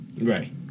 Right